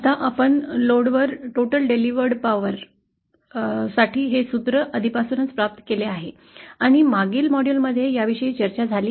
आता आपण लोडवर वितरित होणा्या एकूण वास्तविक सामर्थ्या साठी हे सूत्र आधीपासूनच प्राप्त केले आहे आणि मागील मॉड्यूलमध्ये याविषयी चर्चा झाली आहे